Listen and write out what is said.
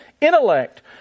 intellect